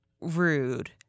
rude